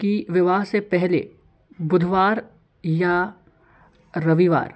कि विवाह से पहले बुधवार या रविवार